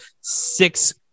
six